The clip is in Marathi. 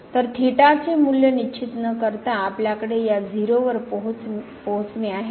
तर थीटाचे मूल्य निश्चित न करता आपल्याकडे या 0 वर पोचणे आहे